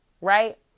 Right